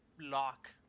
lock